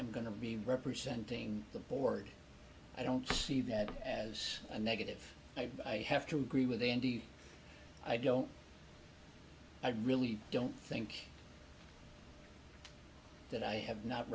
am going to be representing the board i don't see that as a negative i have to agree with n d i don't i really don't think that i have not